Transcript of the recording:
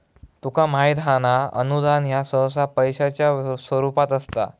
तुका माहित हां ना, अनुदान ह्या सहसा पैशाच्या स्वरूपात असता